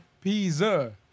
Pizza